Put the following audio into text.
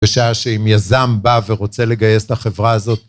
בשעה שאם יזם בא ורוצה לגייס את החברה הזאת